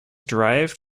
derived